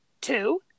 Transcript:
Two